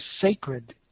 sacred